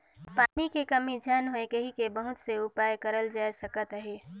पानी के कमी झन होए कहिके बहुत से उपाय करल जाए सकत अहे